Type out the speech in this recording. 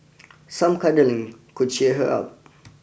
some cuddling could cheer her up